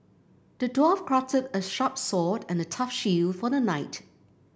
the dwarf crafted a sharp sword and a tough shield for the knight